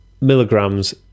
milligrams